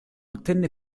ottenne